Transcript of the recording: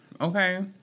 Okay